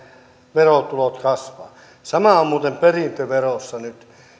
verotulot kasvavat sama on muuten perintöverossa nyt